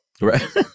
Right